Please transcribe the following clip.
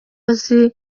azi